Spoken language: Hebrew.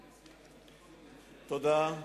תודה.